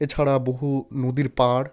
এছাড়া বহু নদীর পাড়